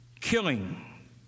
killing